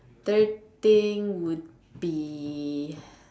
third thing would be